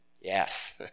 Yes